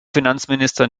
finanzminister